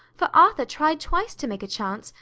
for arthur tried twice to make a chance,